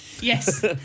Yes